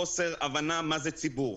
חוסר הבנה מה זה ציבור,